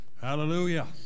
Hallelujah